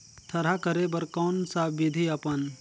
थरहा करे बर कौन सा विधि अपन?